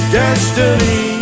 destiny